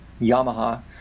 Yamaha